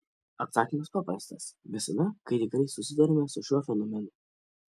atsakymas paprastas visada kai tikrai susiduriama su šiuo fenomenu